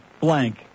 blank